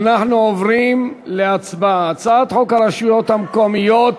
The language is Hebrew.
אנחנו עוברים להצבעה על הצעת חוק הרשויות המקומיות